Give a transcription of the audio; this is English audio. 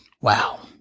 Wow